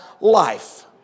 life